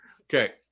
Okay